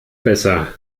besser